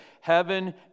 Heaven